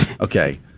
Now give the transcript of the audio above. Okay